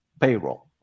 payroll